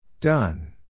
Done